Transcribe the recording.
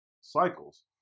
cycles